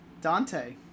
Dante